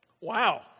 wow